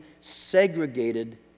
segregated